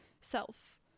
Self